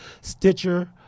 Stitcher